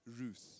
Ruth